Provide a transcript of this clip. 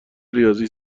ریاضی